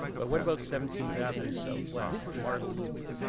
but what about seventeenth avenue southwest, marda loop,